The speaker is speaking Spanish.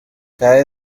cae